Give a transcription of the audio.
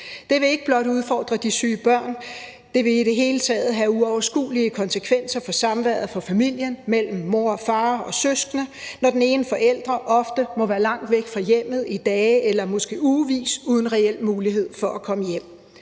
Det vil ikke blot udfordre de syge børn, det vil i det hele taget have uoverskuelige konsekvenser for samværet, for familien, mellem mor og far og søskende, når den ene forælder ofte må være langt væk fra hjemmet i dage eller måske uger uden reel mulighed for at komme hjem.